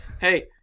Hey